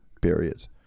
period